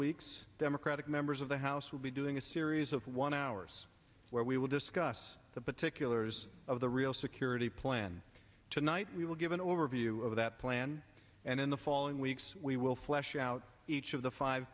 weeks democratic members of the house will be doing a series of one hours where we will discuss the particulars of the real security plan tonight we will give an overview of that plan and in the following weeks we will flesh out each of the five